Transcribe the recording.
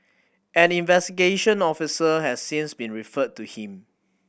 an investigation officer has since been referred to him